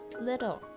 little